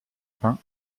pain